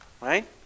Right